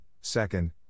second